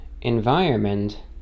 environment